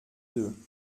deux